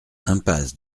impasse